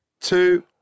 two